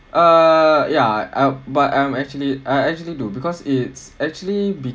err ya uh but I'm actually I actually do because it's actually